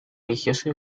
religioso